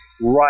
right